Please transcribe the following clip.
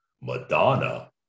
Madonna